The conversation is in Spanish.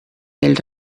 del